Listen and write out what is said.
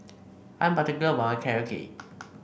I'm particular about my Carrot Cake